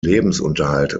lebensunterhalt